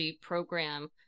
program